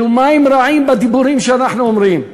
אלו מים רעים, בדיבורים שאנחנו אומרים.